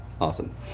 Awesome